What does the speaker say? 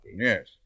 Yes